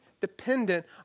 dependent